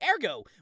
Ergo